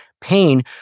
pain